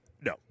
No